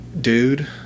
dude